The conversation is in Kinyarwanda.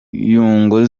nyungu